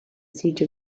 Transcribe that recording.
siege